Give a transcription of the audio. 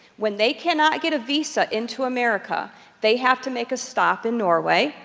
when they cannot get a visa into america they have to make a stop in norway,